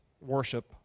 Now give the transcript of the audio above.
worship